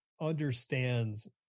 understands